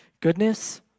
goodness